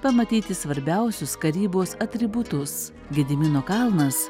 pamatyti svarbiausius karybos atributus gedimino kalnas